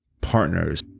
partners